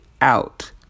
out